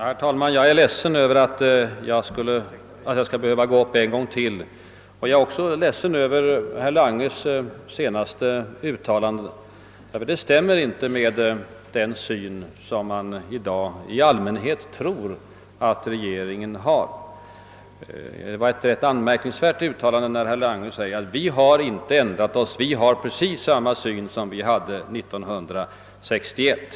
Herr talman! Jag är ledsen över att jag skall behöva gå upp i talarstolen en gång till, och jag är också ledsen över herr Langes senaste uttalande, ty det stämmer inte med den syn som man i dag i allmänhet tror att regeringen har. Det är rätt anmärkningsvärt att herr Lange säger, att vi har inte ändrat oss, vi har precis samma syn som vi hade 1961.